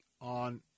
on